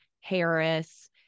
Harris